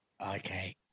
Okay